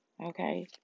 Okay